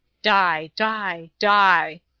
die! die! die!